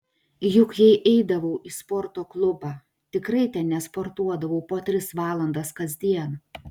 juk jei eidavau į sporto klubą tikrai ten nesportuodavau po tris valandas kasdien